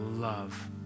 love